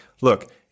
look